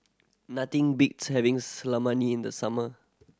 nothing beats having Salami in the summer